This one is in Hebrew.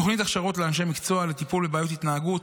תוכנית הכשרות לאנשי מקצוע לטיפול בבעיות התנהגות.